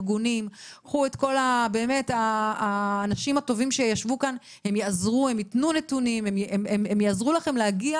כל האנשים הטובים שישבו בדיון, הם יעזרו לכם להגיע